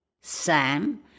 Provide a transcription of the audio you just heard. Sam